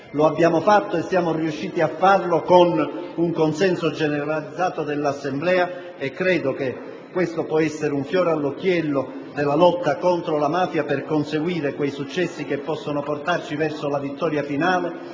Lo abbiamo fatto e siamo riusciti a farlo con un consenso generalizzato dell'Assemblea. Credo che tale circostanza possa costituire un fiore all'occhiello nella lotta contro la mafia, per conseguire quei successi che possono portarci verso la vittoria finale